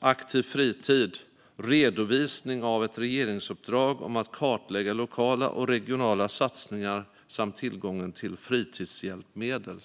Aktiv fritid - Redovisning av ett regeringsuppdrag om att kartlägga lokala och regionala satsningar samt tillgången till fritidshjälpmedel .